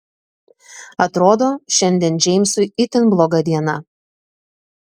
atrodo šiandien džeimsui itin bloga diena